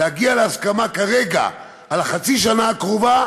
להגיע להסכמה כרגע על חצי השנה הקרובה,